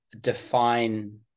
define